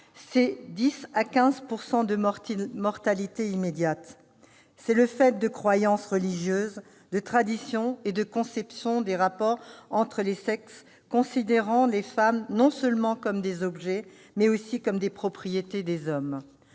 c'est 10 % à 15 % de mortalité immédiate. C'est le fait de croyances religieuses, de traditions et de conceptions des rapports entre les sexes considérant les femmes non seulement comme des objets, mais aussi comme propriétés des hommes.